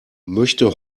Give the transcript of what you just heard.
möchte